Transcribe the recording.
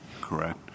correct